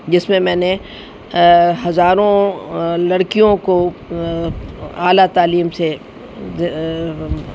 جس میں میں نے ہزاروں لڑکیوں کو اعلیٰ تعلیم سے